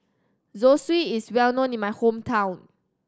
zosui is well known in my hometown